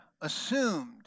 assumed